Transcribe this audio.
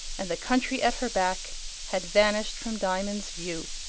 and the country at her back had vanished from diamond's view.